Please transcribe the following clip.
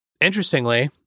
Interestingly